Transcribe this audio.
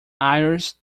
irish